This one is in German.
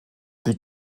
die